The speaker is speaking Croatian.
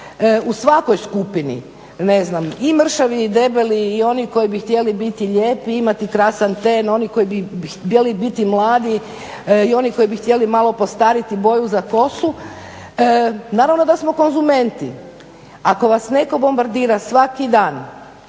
u svakoj skupini ne znam i mršavi i debeli i oni koji bi htjeli biti lijepi imati krasan ten, oni koji bi htjeli biti mladi i oni koji bi htjeli malo postariti boju za kosu naravno da smo konzumenti. Ako vas netko bombardira svaki dan